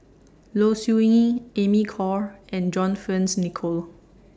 Low Siew Nghee Amy Khor and John Fearns Nicoll